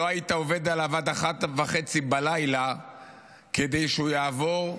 לא היית עובד עליו עד 01:30 כדי שהוא יעבור,